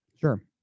Sure